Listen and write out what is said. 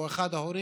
של אחד ההורים,